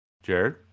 Jared